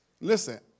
Listen